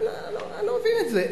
אני לא מבין את זה.